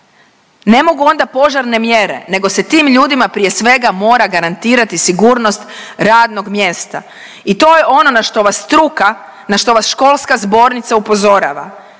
ne mogu onda požarne mjere nego se tim ljudima prije svega mora garantirati sigurnost radnog mjesta i to je ono na što vas struka, na što vas školska zbornica upozorava